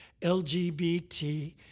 LGBT